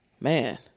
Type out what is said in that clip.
man